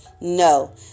No